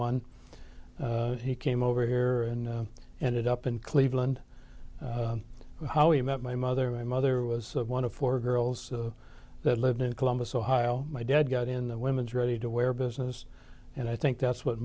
one he came over here and ended up in cleveland how he met my mother my mother was one of four girls that lived in columbus ohio my dad got in the women's ready to wear business and i think that's what